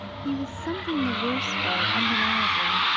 he was something the worse for it undeniably.